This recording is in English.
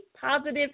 positive